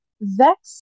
Vex